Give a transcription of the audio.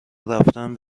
رفتن